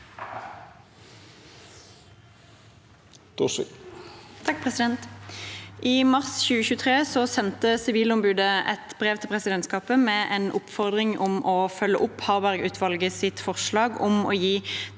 I mars 2023 sendte Sivilombudet et brev til presidentskapet med en oppfordring om å følge opp Harberg-utvalgets forslag om å gi